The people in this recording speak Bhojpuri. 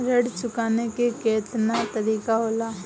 ऋण चुकाने के केतना तरीका होला?